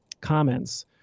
comments